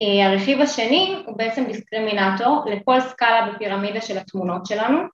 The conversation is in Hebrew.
‫הרכיב השני הוא בעצם דיסקרימינטור ‫לכל סקאלה בפירמידה של התמונות שלנו.